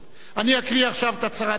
אני אקריא עכשיו את הצהרת האמונים,